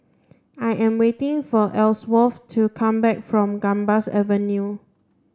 I am waiting for Elsworth to come back from Gambas Avenue